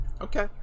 Okay